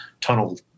tunnel